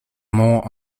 more